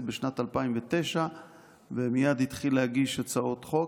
בשנת 2009 ומייד התחיל להגיש הצעות חוק,